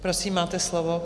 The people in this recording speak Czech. Prosím, máte slovo.